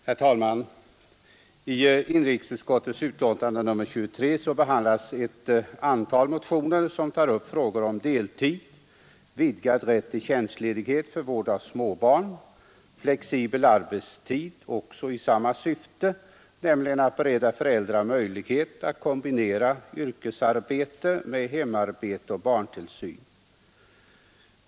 Herr talman! I inrikesutskottets betänkande nr 23 behandlas ett antal motioner som tar upp frågor om deltid, vidgad rätt till tjänstledighet för vård av småbarn samt flexibel arbetstid i samma syfte, nämligen att bereda föräldrar möjlighet att kombinera ett yrkesarbete med hemarbete och barntillsyn.